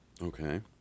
Okay